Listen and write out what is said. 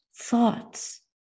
thoughts